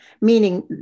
meaning